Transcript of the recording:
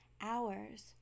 hours